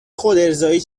خودارضایی